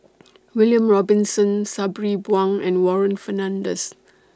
William Robinson Sabri Buang and Warren Fernandez